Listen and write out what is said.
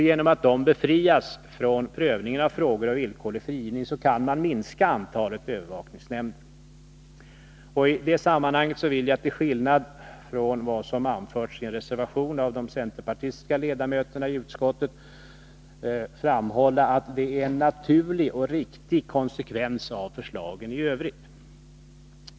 Genom att dessa befrias från prövningen av frågor om villkorlig frigivning kan man minska antalet övervakningsnämnder. I det sammanhanget vill jag, till skillnad från vad som anförs i en reservation av de centerpartistiska ledamöterna i utskottet, framhålla att detta är en naturlig och riktig konsekvens av förslagen i övrigt.